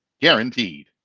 guaranteed